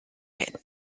hin